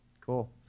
cool